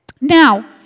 Now